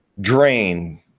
Drain